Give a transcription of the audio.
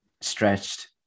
stretched